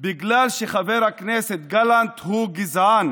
בגלל שחבר הכנסת גלנט הוא גזען